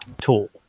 tool